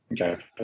okay